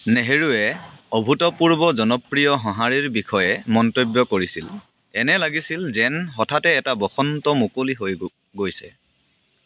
নেহৰুৱে অভূতপূৰ্ব জনপ্ৰিয় সঁহাৰিৰ বিষয়ে মন্তব্য কৰিছিল এনে লাগিছিল যেন হঠাতে এটা বসন্ত মুকলি হৈ গ গৈছে